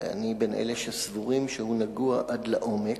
ואני בין אלה שסבורים שהוא נגוע עד לעומק,